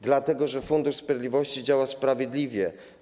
Dlatego że Fundusz Sprawiedliwości działa sprawiedliwie.